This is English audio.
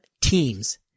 teams